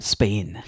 Spain